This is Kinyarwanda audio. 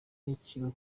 n’ikigo